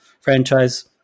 franchise